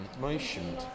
motion